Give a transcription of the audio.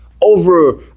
over